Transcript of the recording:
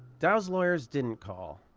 dow's lawyers didn't call,